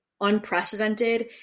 unprecedented